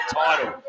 title